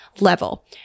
level